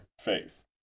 faith